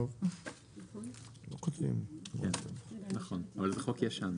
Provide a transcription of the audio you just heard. טוב, לא כותבים -- נכון, אבל זה חוק ישן.